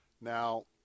Now